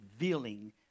revealing